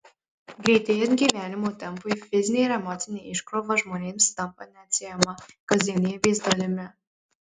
greitėjant gyvenimo tempui fizinė ir emocinė iškrova žmonėms tampa neatsiejama kasdienybės dalimi